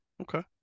Okay